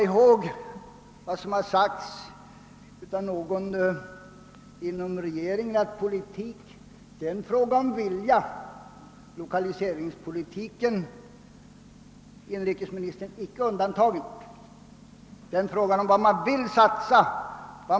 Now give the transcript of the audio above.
Det har sagts av någon inom regeringen, att politik är en fråga om att vilja — det gäller också lokaliseringspolitiken. Lokaliseringspolitiken är en fråga om vad man vill satsa.